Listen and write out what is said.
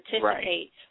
participate